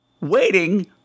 Waiting